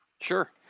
Sure